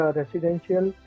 residential